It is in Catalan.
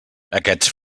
aquests